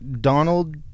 Donald